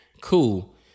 Cool